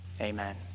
Amen